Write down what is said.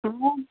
तो